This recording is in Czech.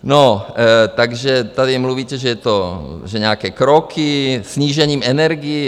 No, takže tady mluvíte, že nějaké kroky, snížení energií.